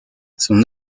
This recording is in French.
son